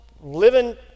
Living